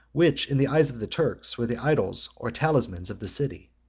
which in the eyes of the turks were the idols or talismans of the city.